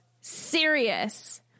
serious